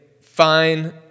fine